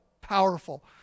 powerful